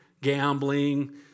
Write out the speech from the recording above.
gambling